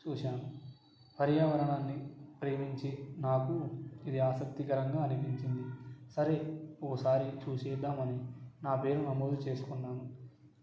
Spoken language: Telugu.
చూశాను పర్యావరణాన్ని ప్రేమించి నాకు ఇది ఆసక్తికరంగా అనిపించింది సరే ఒకసారి చూసేద్దాం అని నా పేరు నమోదు చేసుకున్నాను